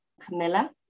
Camilla